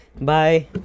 bye